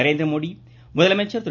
நரேந்திரமோடி முதலமைச்சர் திரு